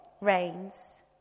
rains